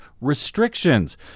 restrictions